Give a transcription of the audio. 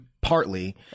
partly